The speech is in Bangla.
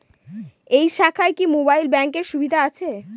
এই শাখায় কি মোবাইল ব্যাঙ্কের সুবিধা আছে?